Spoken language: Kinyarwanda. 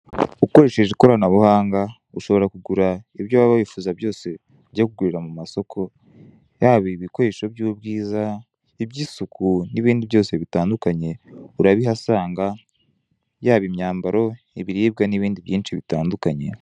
Ukoresheje ikoranabuhanga ushobora kugura ibyo waba wifuza byose byo kugurira mu masoko yaba ibikoresho by'ubwiza ibyisuku nibindi byose bitandukanye urabihasanga yaba imyambaro, ibiribwa nibindi byinshi bitandukanye.